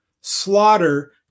slaughter